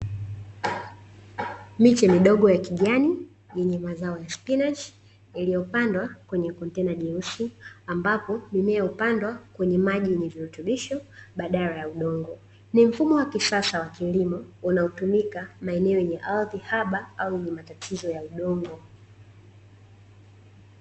Miche midogo ya kijani yenye mazao ya spinachi iliyopandwa kwenye kontena jeusi, ambapo mimea hupandwa kwenye maji yenye virutubisho badala ya udongo. Ni mfumo wa kisasa wa kilimo unaotumika maeneo yenye ardhi haba au yenye matatizo ya udongo.